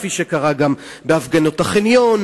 כפי שקרה גם בהפגנות החניון.